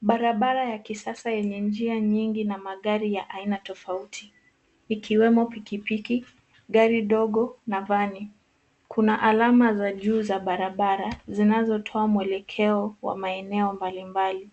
Barabara ya kisasa yenye njia nyingi na magari ya aina tofauti, ikiwemo pikipiki, gari dogo na vani. Kuna alama za juu za barabara zinazo toa mwelekeo wa maeneo mbalimbali.